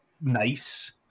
nice